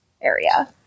area